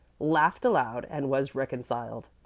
laughed aloud and was reconciled.